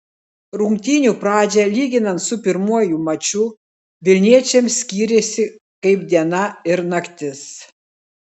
rungtynių pradžia lyginant su pirmuoju maču vilniečiams skyrėsi kaip diena ir naktis